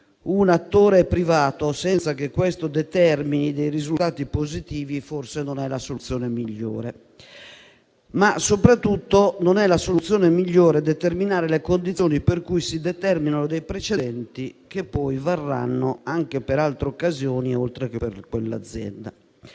un attore privato, senza che questo determini risultati positivi, forse non è la soluzione migliore. Soprattutto, non è la soluzione migliore creare le condizioni per cui si determinano precedenti che poi varranno anche per altre occasioni, oltre che per quell'azienda.